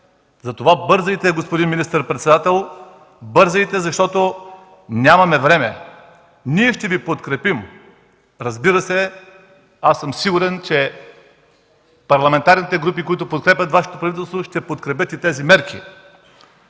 Затова бързайте, господин министър-председател, бързайте, защото нямаме време. Ние ще Ви подкрепим. Аз съм сигурен, че парламентарните групи, които подкрепят Вашето правителство ще подкрепят и тези мерки,